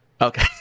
Okay